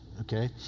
okay